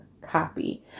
copy